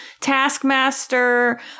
Taskmaster